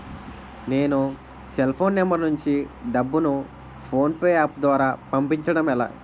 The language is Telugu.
నేను సెల్ ఫోన్ నంబర్ నుంచి డబ్బును ను ఫోన్పే అప్ ద్వారా పంపించడం ఎలా?